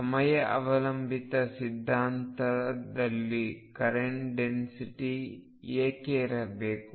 ಸಮಯ ಅವಲಂಬಿತ ಸಿದ್ಧಾಂತದಲ್ಲಿ ಕರೆಂಟ್ ಡೆನ್ಸಿಟಿ ಏಕೆ ಇರಬೇಕು